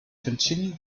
continue